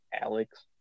Alex